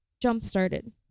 jump-started